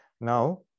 now